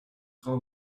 frau